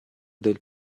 del